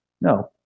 no